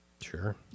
Sure